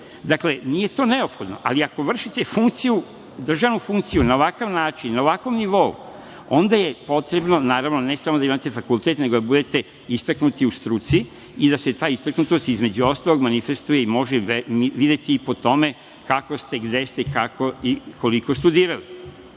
svi. Dakle, nije to neophodno, ali ako vršite funkciju, državnu funkciju, na ovakav način, na ovakvom nivou, onda je potrebno, naravno ne samo da imate fakultet, nego da budete istaknuti u struci i da se ta istaknutost, između ostalog, manifestuje i može videti i po tome kako ste, gde ste, kako i koliko studirali. Čak,